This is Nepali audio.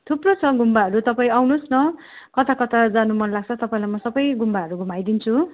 थुप्रो छ गुम्बाहरू तपाईँ आउनुहोस् न कता कता जानु मन लाग्छ तपाईँलाई म सबै गुम्बाहरू घुमाइदिन्छु